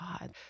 God